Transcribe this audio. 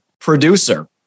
producer